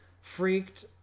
freaked